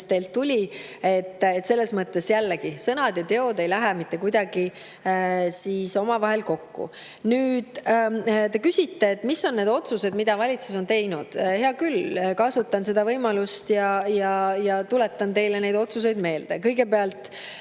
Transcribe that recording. teie [ajal]. Selles mõttes, jällegi, sõnad ja teod ei lähe mitte kuidagi omavahel kokku. Te küsisite, mis on need otsused, mida valitsus on teinud. Hea küll, kasutan seda võimalust ja tuletan teile neid otsuseid meelde. Kõigepealt,